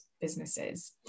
businesses